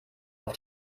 auf